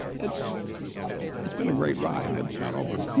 it's it's been a great ride, but it's not over.